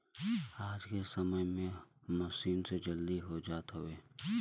आज के समय में मसीन से जल्दी हो जात हउवे